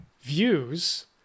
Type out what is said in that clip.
views